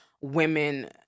women